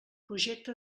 projecte